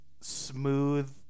smooth